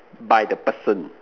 by the person